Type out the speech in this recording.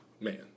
Man